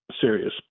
serious